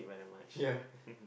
ya